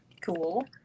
Cool